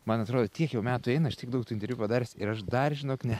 man atrodo tiek jau metų eina aš tiek daug tų interviu padaręs ir aš dar žinok ne